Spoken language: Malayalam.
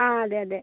ആ അതെ അതെ